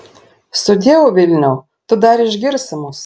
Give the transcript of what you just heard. sudieu vilniau tu dar išgirsi mus